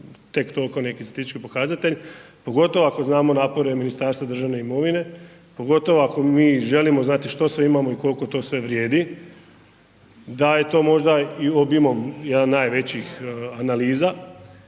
tek toliko neki statistički pokazatelj pogotovo ako znamo napore Ministarstva državne imovine, pogotovo ako mi želimo znati što sve imamo i koliko to sve vrijedi, da je to možda i obimom najvećih analiza,